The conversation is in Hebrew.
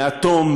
מהתום,